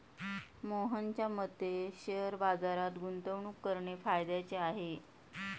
मोहनच्या मते शेअर बाजारात गुंतवणूक करणे फायद्याचे आहे